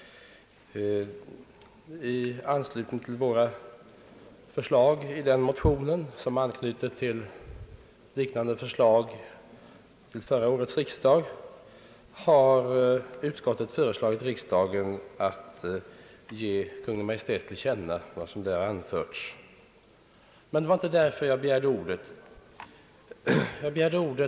I anslutning till våra förslag i den motionen, som anknyter till liknande förslag vid förra årets riksdag, har utskottet föreslagit riksdagen att ge Kungl. Maj:t till känna vad som där anförts. Men det var inte orsaken till att jag begärde ordet.